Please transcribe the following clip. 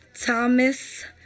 Thomas